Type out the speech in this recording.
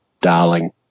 Darling